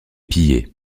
pillée